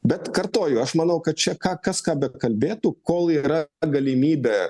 bet kartoju aš manau kad čia ką kas ką bekalbėtų kol yra galimybė